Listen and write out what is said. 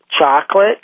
Chocolate